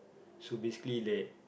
so basically that